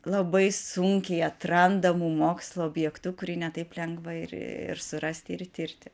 labai sunkiai atrandamu mokslo objektu kurį ne taip lengva ir ir surasti ir tirti